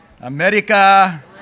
America